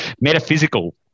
metaphysical